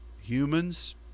humans